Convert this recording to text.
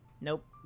Nope